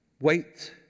Wait